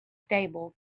stable